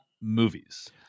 movies